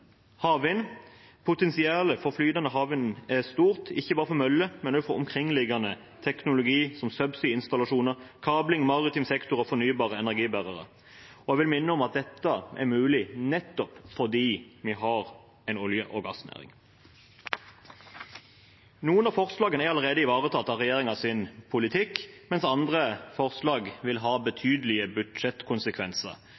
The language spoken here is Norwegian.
havvind. Potensialet for flytende havvind er stort, ikke bare for møller, men også for omkringliggende teknologier som subsea-installasjoner, kabling, maritim sektor og fornybare energibærere. Jeg vil minne om at dette er mulig nettopp fordi vi har en olje- og gassnæring. Noen av forslagene er allerede ivaretatt i regjeringens politikk, mens andre forslag vil ha